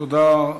תודה,